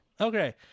Okay